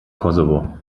kosovo